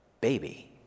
baby